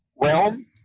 realm